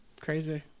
Crazy